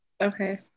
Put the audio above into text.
Okay